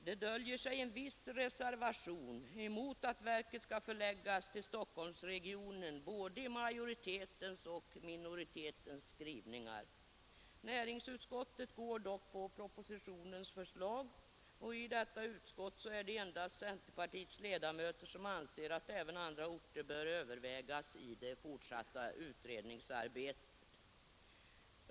Det döljer sig en viss reservation mot att verket skall förläggas till Stockholmsregionen i både majoritetens och minoritetens skrivningar. Näringsutskottet går dock på propositionens förslag, och i detta utskott är det endast centerpartiets ledamöter som anser att även andra orter bör övervägas i det fortsatta utredningsarbetet.